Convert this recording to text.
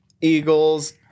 Eagles